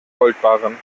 goldbarren